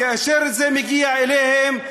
כאשר זה מגיע אליהם,